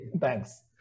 thanks